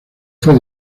fue